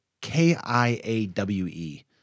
K-I-A-W-E